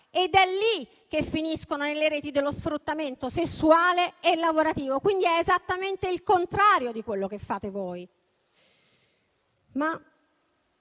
ed è così che finiscono nelle reti dello sfruttamento, sessuale e lavorativo. Quindi, è esattamente il contrario di quello che fate voi.